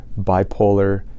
bipolar